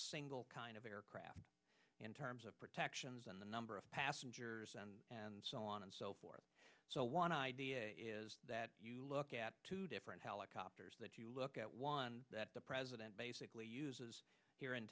single kind of aircraft in terms of protections and the number of passengers and so on and so forth is that you look at two different helicopters that you look at one that the president basically uses here in